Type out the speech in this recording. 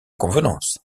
convenances